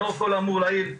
לאור כל האמור לעיל,